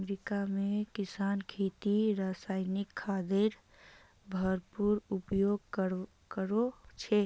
America में किसान खेतीत रासायनिक खादेर भरपूर उपयोग करो छे